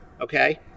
Okay